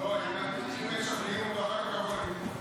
לא, אם משכנעים אותו אחר כך הוא יכול לתמוך.